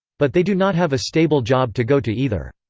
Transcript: but they do not have a stable job to go to either.